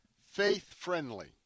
faith-friendly